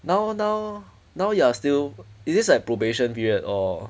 now now now you are still is this like probation period or